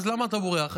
אז למה אתה בורח?